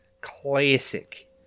classic